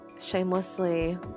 shamelessly